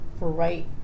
right